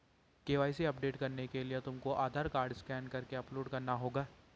KYC update करने के लिए तुमको आधार कार्ड स्कैन करके अपलोड करना होगा